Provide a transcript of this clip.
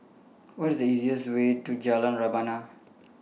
What IS The easiest Way to Jalan Rebana